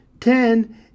ten